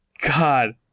God